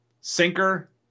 sinker